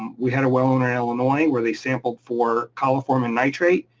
we had a well owner in illinois, where they sampled for coliform and nitrate,